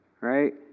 right